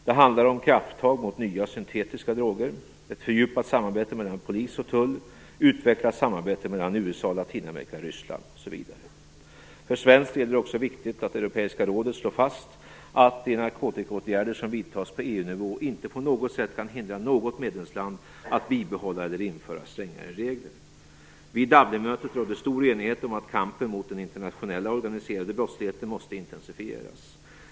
Det handlar om krafttag mot nya syntetiska droger, ett fördjupat samarbete mellan polis och tull, utvecklat samarbete med USA, För svensk del är det också viktigt att Europeiska rådet slår fast att de narkotikaåtgärder som vidtas på EU-nivå inte på något sätt kan hindra något medlemsland att bibehålla eller införa strängare regler. Vid Dublinmötet rådde stor enighet om att kampen mot den internationella organiserade brottsligheten måste intensifieras.